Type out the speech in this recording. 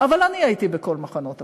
אבל אני הייתי בכל מחנות הפליטים,